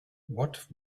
what